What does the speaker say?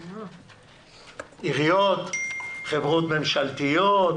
עיריות, חברות ממשלתיות,